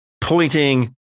pointing